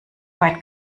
weit